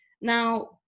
Now